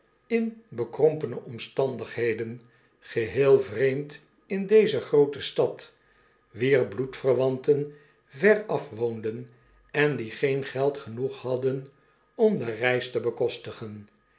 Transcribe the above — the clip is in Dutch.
in bekrompene omstandigheden geheel vreemd in deze groote stad wier bloedverwanten veraf woonden en die geen geld genoeg hadden om de reis te bekostigen